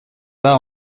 pas